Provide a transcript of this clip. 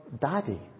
Daddy